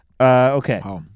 Okay